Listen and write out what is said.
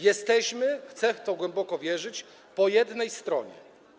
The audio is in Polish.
Jesteśmy - chcę w to głęboko wierzyć - po jednej stronie.